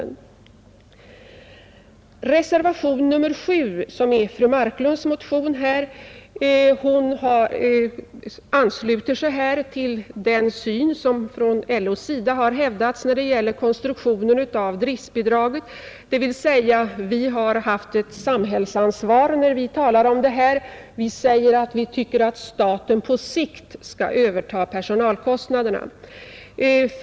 I reservationen 7 ansluter sig fru Marklund till den syn som LO har hävdat när det gäller konstruktionen av driftbidraget, dvs. LO har ett samhällsansvar och tycker att staten på sikt skall överta personalkostnaderna för barnstugeverksamheten.